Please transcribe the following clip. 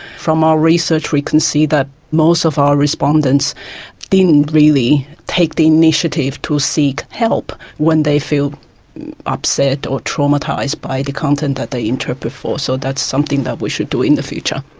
from our research we can see that most of our respondents didn't really take the initiative to seek help when they feel upset or traumatised by the content that they interpret for. so that's something that we should do in the future.